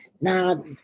Now